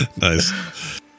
Nice